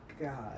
god